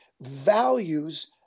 values